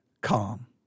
calm